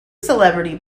celebrity